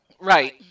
right